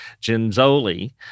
Ginzoli